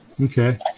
Okay